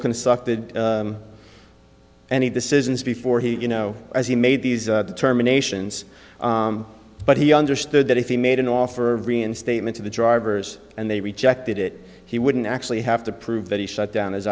constructed any decisions before he you know as he made these determinations but he understood that if he made an offer of reinstatement to the drivers and they rejected it he wouldn't actually have to prove that he shut down